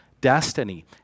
destiny